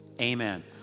amen